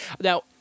now